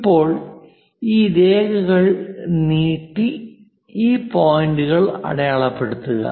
ഇപ്പോൾ ഈ രേഖകൾ നീട്ടി ഈ പോയിന്റുകൾ അടയാളപ്പെടുത്തുക